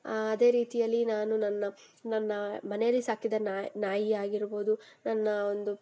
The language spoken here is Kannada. ಅದೇ ರೀತಿಯಲ್ಲಿ ನಾನು ನನ್ನ ನನ್ನ ಮನೆಯಲ್ಲಿ ಸಾಕಿದ ನಾಯಿ ಆಗಿರ್ಬೋದು ನನ್ನ ಒಂದು